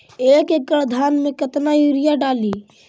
एक एकड़ धान मे कतना यूरिया डाली?